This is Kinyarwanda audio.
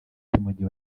cy’umujyi